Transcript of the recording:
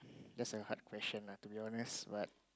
just a hard question lah to be honest but